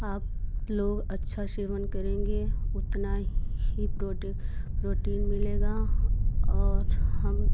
आप लोग अच्छा सेवन करेंगे उतना ही प्रोटीन प्रोटीन मिलेगा और हम